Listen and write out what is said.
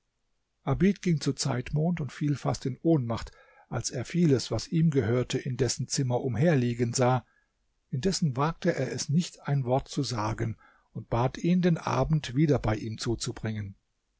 abid ging zu zeitmond und fiel fast in ohnmacht als er vieles was ihm gehörte in dessen zimmer umherliegen sah indessen wagte er es nicht ein wort zu sagen und bat ihn den abend wieder bei ihm zuzubringen